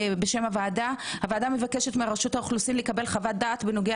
הוועדה מבקשת מרשות האוכלוסין לקבל חוות דעת בנוגע